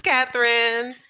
Catherine